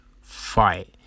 fight